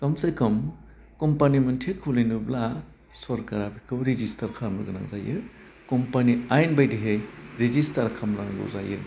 खमसे company मोनसे खुलिनोब्ला सरकारा बेखौ रिजिस्टार खालामनो गोनां जायो कम्पानि आयेन बायदिहै रिजिस्टार खालामनांगौ जायो